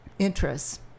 interests